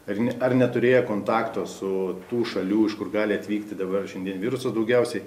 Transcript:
ar ne ar neturėję kontakto su tų šalių iš kur gali atvykti dabar šiandien viruso daugiausiai